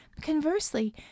conversely